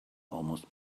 almost